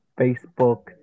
Facebook